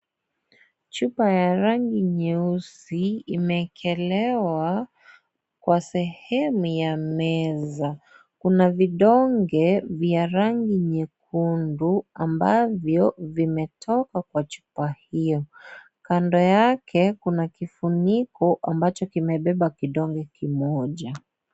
Chupa ya rangi nyeusi imeekelewa Kwa sehemu ya meza. Kuna vidonge vya rangi nyekundu ambavyo vimetoka Kwa chupa hiyo. Kando yake kuna kifuniko ambacho kimebeba kidonge kimoja.